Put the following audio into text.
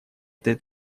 этой